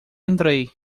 entrei